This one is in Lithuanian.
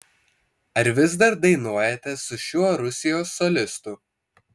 ar vis dar dainuojate su šiuo rusijos solistu